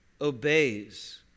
obeys